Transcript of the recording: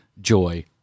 Joy